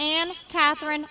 and catherine